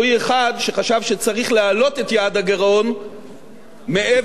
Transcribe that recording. להעלות את יעד הגירעון מעבר לגבול של 3%,